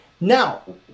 Now